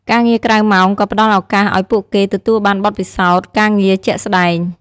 ការងារក្រៅម៉ោងក៏ផ្ដល់ឱកាសឱ្យពួកគេទទួលបានបទពិសោធន៍ការងារជាក់ស្ដែង។